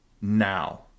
now